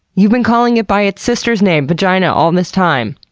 you've been calling it by its sister's name, vagina, all this time!